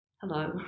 hello